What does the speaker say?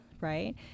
right